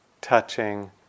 touching